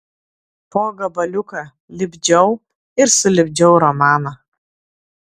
po gabaliuką lipdžiau ir sulipdžiau romaną